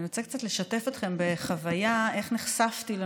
ואני רוצה לשתף אתכם קצת בחוויה,